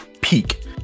peak